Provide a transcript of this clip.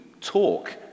talk